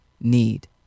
need